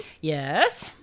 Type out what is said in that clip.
Yes